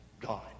God